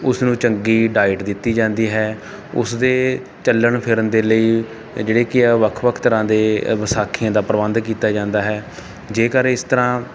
ਉਸ ਨੂੰ ਚੰਗੀ ਡਾਈਟ ਦਿੱਤੀ ਜਾਂਦੀ ਹੈ ਉਸ ਦੇ ਚੱਲਣ ਫਿਰਨ ਦੇ ਲਈ ਜਿਹੜੇ ਕਿ ਹੈ ਵੱਖ ਵੱਖ ਤਰ੍ਹਾਂ ਦੇ ਵਿਸਾਖੀਆਂ ਦਾ ਪ੍ਰਬੰਧ ਕੀਤਾ ਜਾਂਦਾ ਹੈ ਜੇਕਰ ਇਸ ਤਰ੍ਹਾਂ